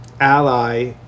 ally